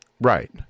right